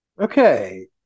okay